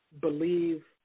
believe